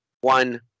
one